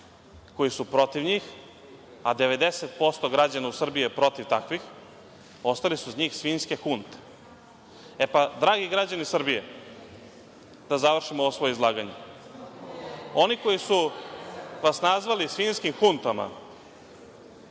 koji su protiv njih, a 90% građana u Srbiji je protiv takvih, ostali su za njih svinjske hunte. Dragi građani Srbije, da završim ovo svoje izlaganje, oni koji su vas nazvali svinjskim huntama,